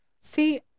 See